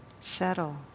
Settle